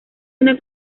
una